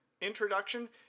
introduction